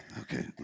Okay